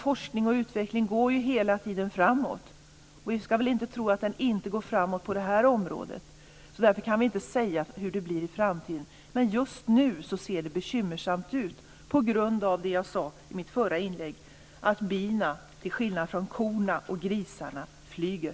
Forskning och utveckling går ju hela tiden framåt. Vi ska väl inte tro att den inte går framåt på det här området. Därför kan vi inte säga hur det blir i framtiden. Men just nu ser det bekymmersamt ut på grund av det jag sade i mitt förra inlägg, nämligen att bina, till skillnad från korna och grisarna, flyger.